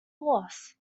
force